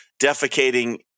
defecating